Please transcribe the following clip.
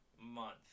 month